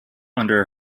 under